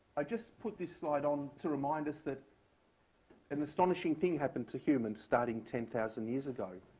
i just put this slide on to remind us that an astonishing thing happened to humans starting ten thousand years ago.